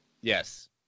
Yes